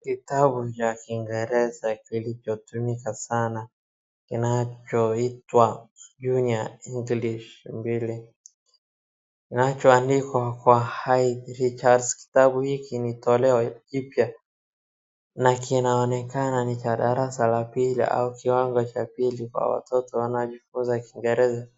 Kitabu cha kiingereza kilichotumika sana kinachoitwa Junior English mbili, kinachoandikwa kwa Hydn Richards, kitabu hiki ni toleo jipya, na kinaonekana ni cha darasa la pili au kiwango cha pili kwa watoto wanaojifunza kiingereza.